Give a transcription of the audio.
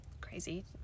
crazy